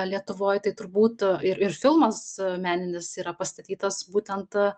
lietuvoj tai turbūt ir ir filmas meninis yra pastatytas būtent